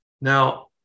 Now